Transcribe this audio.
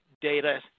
data